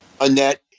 Annette